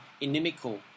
inimical